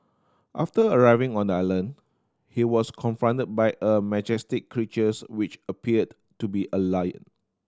after arriving on the island he was confronted by a majestic creatures which appeared to be a lion